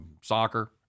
soccer